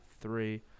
three